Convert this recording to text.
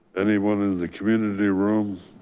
anyone in the community room?